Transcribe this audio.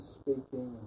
speaking